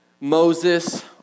Moses